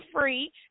free